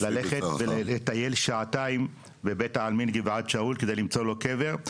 - -ללכת ולטייל שעתיים בבית העלמין גבעת שאול כדי למצוא לו קבר.